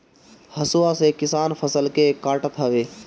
हसुआ से किसान फसल के काटत हवे